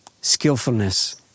skillfulness